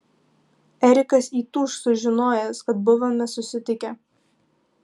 erikas įtūš sužinojęs kad buvome susitikę